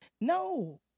No